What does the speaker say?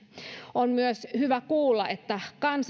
on myös hyvä kuulla että